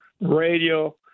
radio